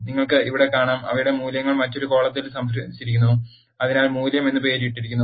നിങ്ങൾക്ക് ഇവിടെ കാണാം അവയുടെ മൂല്യങ്ങൾ മറ്റൊരു കോളത്തിൽ സംഭരിച്ചിരിക്കുന്നു അതിന് മൂല്യം എന്ന് പേരിട്ടിരിക്കുന്നു